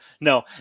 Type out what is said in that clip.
no